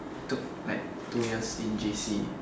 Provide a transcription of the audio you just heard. took like two years in J_C